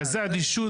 איזה אדישות,